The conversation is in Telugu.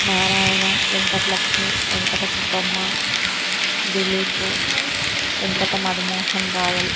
నారాయణ వెంకటలక్ష్మి వెంకట సుబ్బమ్మ దిలీపు వెంకట మధుమోహన్ రాయల్